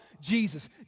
Jesus